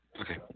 Okay